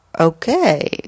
okay